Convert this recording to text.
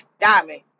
Diamond